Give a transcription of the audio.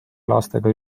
lastega